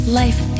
life